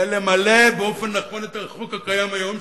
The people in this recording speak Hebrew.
ולמלא באופן נכון את החוק הקיים היום,